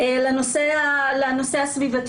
לנושא הסביבתי.